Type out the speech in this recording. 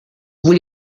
vous